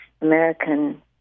American